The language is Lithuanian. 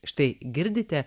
štai girdite